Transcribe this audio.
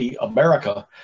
America